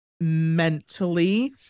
mentally